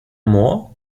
more